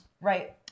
right